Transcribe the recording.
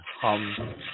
hum